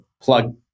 plug